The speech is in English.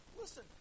listen